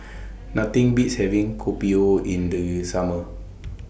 Nothing Beats having Kopi O in The Summer